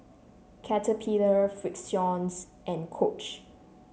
Caterpillar Frixion's and Coach